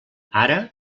ara